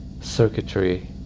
circuitry